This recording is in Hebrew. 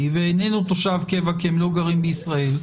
ואיננו תושב קבע כי הם לא גרים בישראל,